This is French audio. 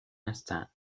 instinct